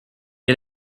est